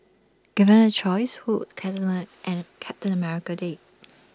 given A choice who captain America date